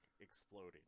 exploding